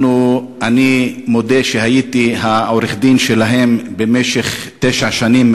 אני מודה שהייתי עורך-הדין שלהם במשך תשע שנים,